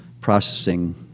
processing